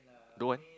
don't